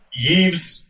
Yves